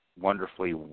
wonderfully